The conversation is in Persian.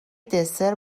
دسر